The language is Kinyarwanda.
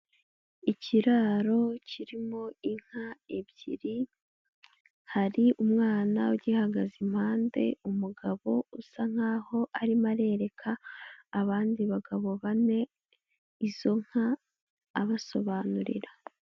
Ikiraro kirimo inka ebyiri hari umwana ugihagaze impande, umugabo usa nk'aho arimo arereka abandi bagabo bane izo nka abasobanurira.